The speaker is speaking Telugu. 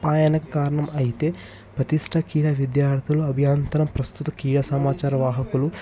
అపాయనకు కారణం అయితే ప్రతిష్ట క్రీడ విద్యార్థుల అభ్యంతరం ప్రస్తుత క్రీడ సమాచార వాహకులు